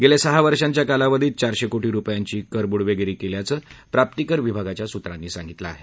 गेल्या सहा वर्षांच्या कालावधीत चारशे कोटी रुपयांची कर बुडवेगिरी केल्याचं प्राप्तिकर विभाच्या सुत्रांनी सांगितलं आहे